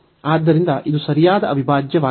ಆದ್ದರಿಂದ ಇದು ಸರಿಯಾದ ಅವಿಭಾಜ್ಯವಾಗಿದೆ